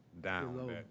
down